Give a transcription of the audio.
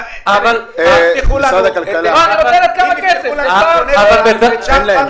הייתה דרישה לבטל את המכרז ובואו נישאר עם זה.